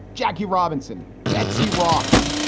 jackie robinson, betsy ross,